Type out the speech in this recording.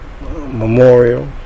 memorial